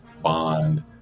bond